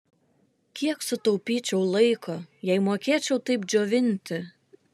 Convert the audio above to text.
kiek sutaupyčiau laiko jei mokėčiau taip džiovinti